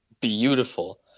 beautiful